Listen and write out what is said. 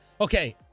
Okay